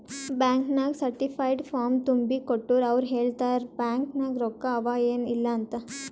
bank ನಾಗ್ certified form ತುಂಬಿ ಕೊಟ್ಟೂರ್ ಅವ್ರ ಹೇಳ್ತಾರ್ ಬ್ಯಾಂಕ್ ನಾಗ್ ರೊಕ್ಕಾ ಅವಾ ಏನ್ ಇಲ್ಲ ಅಂತ್